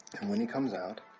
and when he comes out.